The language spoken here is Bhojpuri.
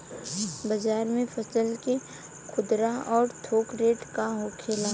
बाजार में फसल के खुदरा और थोक रेट का होखेला?